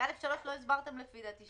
את (א)(3) לא הסברתם לפי דעתי,